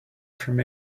from